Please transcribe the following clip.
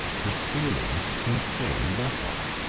were sailing in the same vessel.